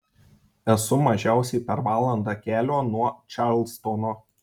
esu mažiausiai per valandą kelio nuo čarlstono